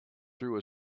through